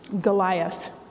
Goliath